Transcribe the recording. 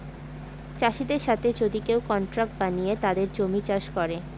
চাষীদের সাথে যদি কেউ কন্ট্রাক্ট বানিয়ে তাদের জমি চাষ করে